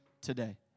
today